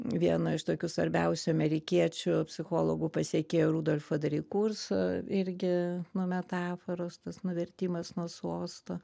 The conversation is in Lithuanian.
vieno iš tokių svarbiausių amerikiečių psichologų pasekėjų rudolfo dali kurso irgi nu metaforos tas nuvertimas nuo sosto